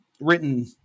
written